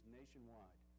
nationwide